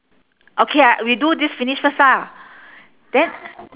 okay ah we do this finish first lah then